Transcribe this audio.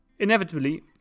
Inevitably